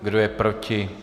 Kdo je proti?